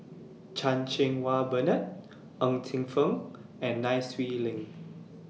Chan Cheng Wah Bernard Ng Teng Fong and Nai Swee Leng